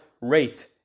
rate